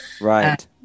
right